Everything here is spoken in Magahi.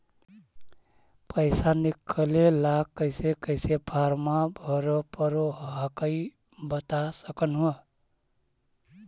पैसा निकले ला कैसे कैसे फॉर्मा भरे परो हकाई बता सकनुह?